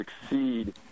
succeed